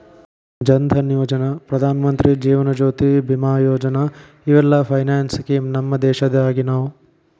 ಜನ್ ಧನಯೋಜನಾ, ಪ್ರಧಾನಮಂತ್ರಿ ಜೇವನ ಜ್ಯೋತಿ ಬಿಮಾ ಯೋಜನಾ ಇವೆಲ್ಲ ಫೈನಾನ್ಸ್ ಸ್ಕೇಮ್ ನಮ್ ದೇಶದಾಗಿನವು